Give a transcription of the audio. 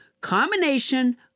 combination